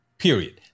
Period